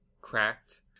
cracked